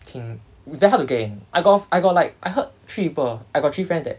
挺 very hard to get in I got I got like I heard three people I got three friends eh